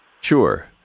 Sure